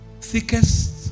Thickest